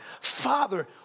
father